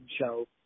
show